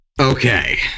Okay